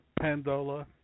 Pandola